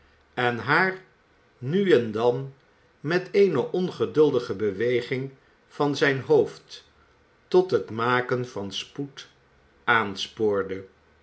en haar nu en dan met eene ongeduldige beweging van zijn hoofd tot het maken van spoed aanspoorde